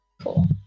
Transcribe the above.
Cool